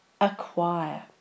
acquire